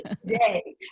today